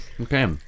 Okay